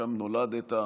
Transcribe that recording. שם נולדת.